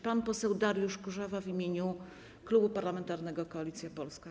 Pan poseł Dariusz Kurzawa w imieniu Klubu Parlamentarnego Koalicja Polska.